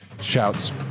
shouts